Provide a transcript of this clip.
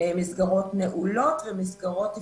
מסגרות נעולות ומסגרות אבחוניות.